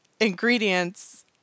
ingredients